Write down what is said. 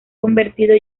convertido